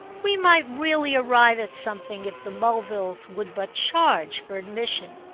we might really arrive at something if the mulvilles would but charge for admission.